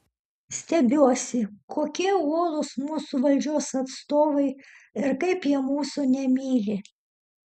stebiuosi kokie uolūs mūsų valdžios atstovai ir kaip jie mūsų nemyli